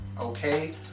okay